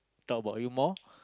talk about you more